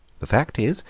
the fact is,